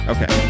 Okay